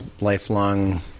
lifelong